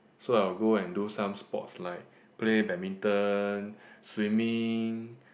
so I will go and do some sports like play badminton swimming